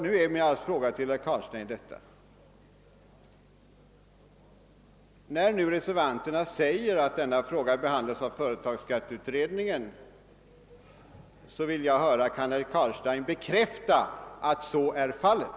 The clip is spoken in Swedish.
När reservanterna nu säger att saken behandlas av företagsskatteutredningen, blir alltså min fråga till herr Carlstein: Kan herr Carlstein bekräfta att så är fallet?